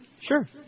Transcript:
Sure